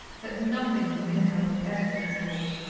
that nothing within her would ever conform.